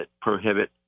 prohibit